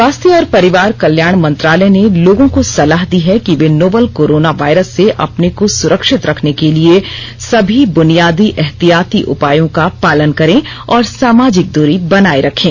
स्वास्थ्य और परिवार कल्याण मंत्रालय ने लोगों को सलाह दी है कि वे नोवल कोरोना वायरस से अपने को सुरक्षित रखने के लिए सभी बुनियादी एहतियाती उपायों का पालन करें और सामाजिक दूरी बनाए रखें